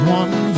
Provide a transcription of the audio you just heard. one